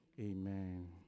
amen